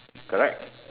correct